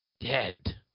dead